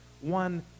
one